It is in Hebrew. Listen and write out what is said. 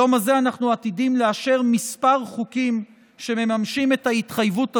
היום הזה אנחנו עתידים לאשר כמה חוקים שמממשים את התחייבות הזו,